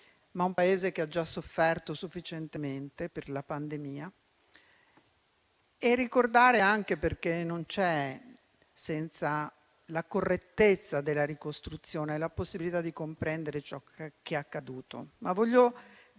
è un Paese che ha già sofferto sufficientemente per la pandemia. Ricordare anche perché, senza la correttezza della ricostruzione, non c'è la possibilità di comprendere ciò che è accaduto.